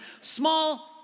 small